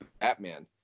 Batman